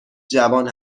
جوان